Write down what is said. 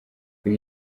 uyu